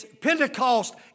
Pentecost